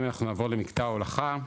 אם אנחנו נעבור למקטע ההולכה,